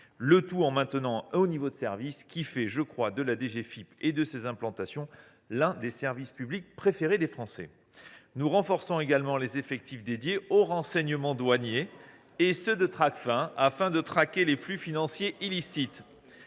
le tout en maintenant un haut niveau de service qui fait, je crois, de la DGFiP et de ses implantations l’un des services publics préférés des Français. Nous renforçons également les effectifs dédiés aux renseignements douaniers et ceux de Tracfin pour la détection des flux financiers illicites.